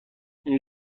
این